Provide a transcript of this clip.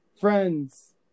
Friends